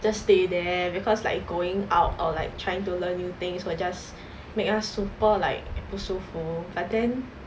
just stay there because like going out or like trying to learn new things will just make us super like 不舒服 but then